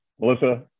Melissa